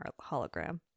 hologram